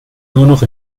noch